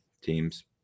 teams